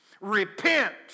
Repent